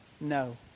no